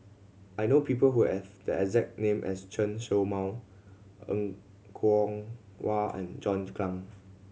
I know people who have the exact name as Chen Show Mao Er Kwong Wah and John Clang